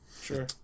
Sure